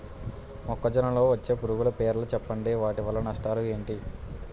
మొక్కజొన్న లో వచ్చే పురుగుల పేర్లను చెప్పండి? వాటి వల్ల నష్టాలు ఎంటి?